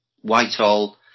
Whitehall